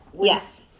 Yes